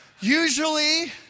usually